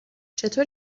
چطور